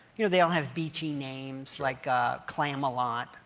you know, they all have beachy names like clam-a-lot.